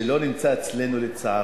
שלא נמצא אצלנו, לצערנו.